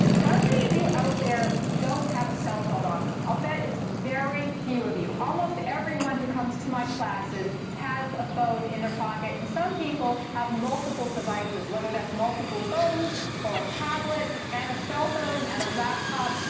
how many of you out there don't have a cell phone on them? i'll bet it's very few of you. almost everyone who comes to my classes has a phone in their pocket. and some people have multiple devices, whether that's multiple phones or a tablet and a cell phone and a laptop.